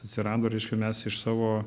atsirado reiškia mes iš savo